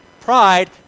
pride